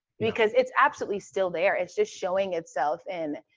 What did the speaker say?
because it's absolutely still there. it's just showing itself in,